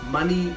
Money